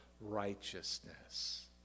righteousness